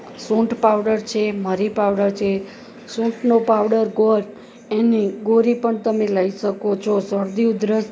સૂંઠ પાવડર છે મરી પાવડર છે સૂંઠનો પાવડર ગોળ અને ગોળી પણ તમે લઈ શકો છો શરદી ઉધરસ